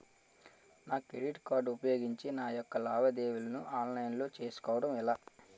నా credit card ఉపయోగించి నా యెక్క లావాదేవీలను ఆన్లైన్ లో చేసుకోవడం ఎలా?